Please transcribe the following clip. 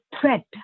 threat